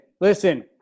listen